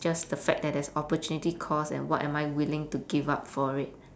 just the fact there there's opportunity cost and what am I willing to give up for it